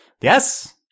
Yes